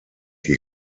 die